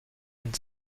and